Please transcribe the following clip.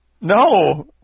No